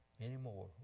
anymore